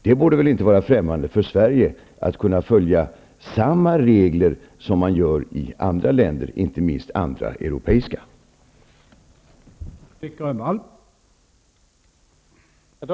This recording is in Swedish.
Det borde väl inte vara främmande för Sverige att följa samma regler som man följer i andra länder, inte minst i andra europeiska länder.